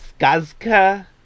skazka